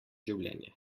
življenje